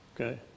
Okay